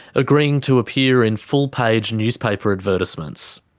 agreeing to appear in full-page newspaper advertisements.